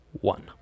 One